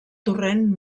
torrent